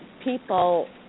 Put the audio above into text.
people